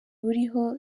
buriho